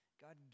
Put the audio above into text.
God